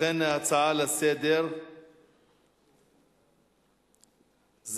ובכן הצעות לסדר-היום מס' 6575,